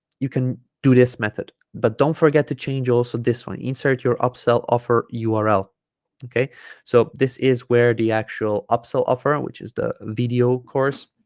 you can do this method but don't forget to change also this one insert your upsell offer ah url okay so this is where the actual upsell offer which is the video course